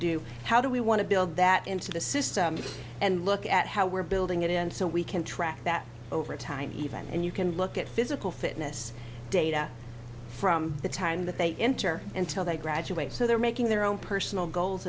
do how do we want to build that into the system and look at how we're building it in so we can track that over time even and you can look at physical fitness data from the time that they enter until they graduate so they're making their own personal goals